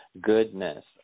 goodness